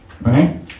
right